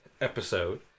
episode